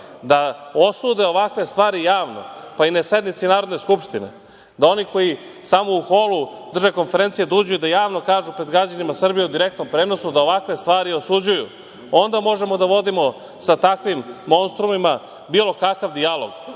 da osude ovakve stvari javno, pa i na sednici Narodne skupštine. Da oni koji samo u holu drže konferencije da uđu i da javno kažu pred građanima Srbije u direktnom prenosu da ovakve stvari osuđuju. Onda možemo da vodimo sa takvim monstrumima bilo kakav dijalog. Kakav